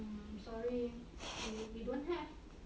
um sorry we don't have